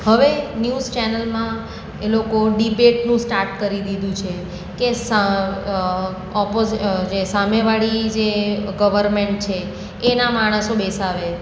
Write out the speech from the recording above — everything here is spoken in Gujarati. હવે ન્યૂઝ ચેનલમાં એ લોકો ડિબેટનું સ્ટાર્ટ કરી દીધુ છે કે સા ઑપો જે સામેવાળી જે ગવર્મેન્ટ છે એના માણસો બેસાડે